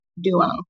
duo